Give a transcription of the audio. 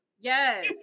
Yes